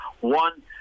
One